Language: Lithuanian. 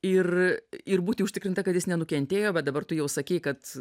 ir ir būti užtikrinta kad jis nenukentėjo va dabar tu jau sakei kad